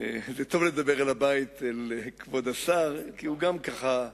זה טוב לדבר אל הבית, אל כבוד השר, כי הוא גם ככה,